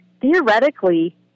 theoretically